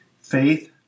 Faith